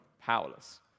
Powerless